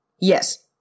Yes